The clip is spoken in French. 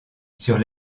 sur